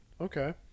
Okay